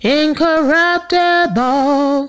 incorruptible